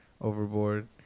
overboard